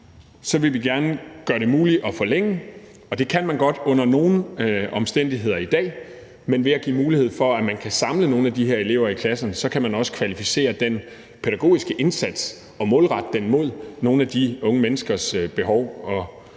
vil vi gerne gøre det muligt at forlænge, og det kan man godt under nogle omstændigheder i dag, men ved at give mulighed for, at man kan samle nogle af de her elever i klasserne, kan man også kvalificere den pædagogiske indsats og målrette den mod nogle af de unge menneskers behov og udfordringer.